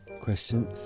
Question